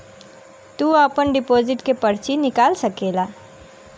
तू आपन डिपोसिट के पर्ची निकाल सकेला